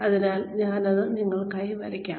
അതിനാൽ ഞാൻ ഇത് നിങ്ങൾക്കായി വരയ്ക്കാം